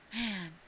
man